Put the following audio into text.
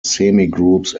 semigroups